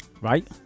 Right